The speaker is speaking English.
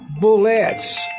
bullets